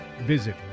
visit